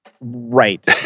right